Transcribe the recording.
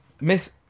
Miss